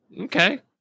Okay